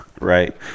Right